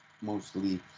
mostly